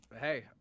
Hey